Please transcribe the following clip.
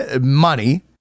money